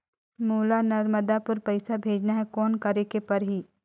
मोला नर्मदापुर पइसा भेजना हैं, कौन करेके परही?